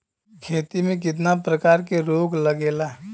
खेती में कितना प्रकार के रोग लगेला?